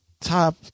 top